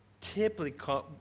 typically